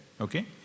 okay